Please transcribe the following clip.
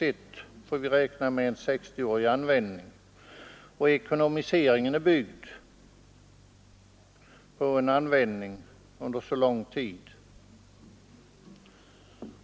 Ekonomiseringen är byggd på en så lång användningstid.